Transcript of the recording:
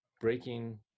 breaking